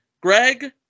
Greg